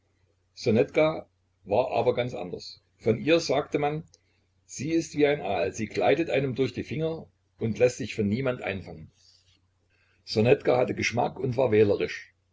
war aber ganz anders von ihr sagte man sie ist wie ein aal sie gleitet einem durch die finger und läßt sich von niemand einfangen ssonetka hatte geschmack und war wählerisch